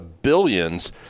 billions